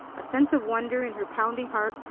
a sense of wonder in her pounding heart,